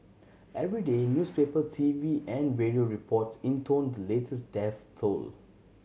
every day newspaper T V and radio reports intoned the latest death though